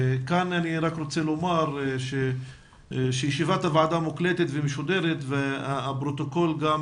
וכאן אני רק רוצה לומר שישיבת הוועדה מוקלטת ומשודרת והפרוטוקול גם